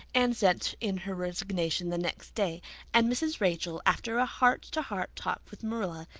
anne sent in her resignation the next day and mrs. rachel, after a heart to heart talk with marilla,